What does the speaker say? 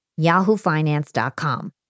yahoofinance.com